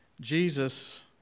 Jesus